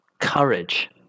courage